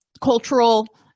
cultural